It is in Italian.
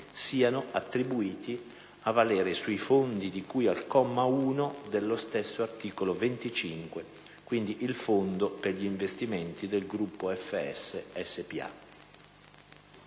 siano attribuiti a valere sui fondi di cui al comma 1 dello stesso articolo 25 (fondo per gli investimenti del gruppo Ferrovie